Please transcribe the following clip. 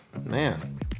man